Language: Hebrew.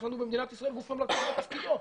יש לנו במדינת ישראל גוף ממלכתי שזה תפקידו,